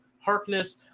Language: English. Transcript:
Harkness